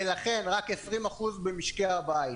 ולכן רק 20% במשקי הבית.